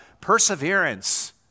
perseverance